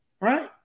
Right